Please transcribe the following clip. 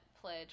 pledge